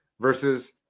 Versus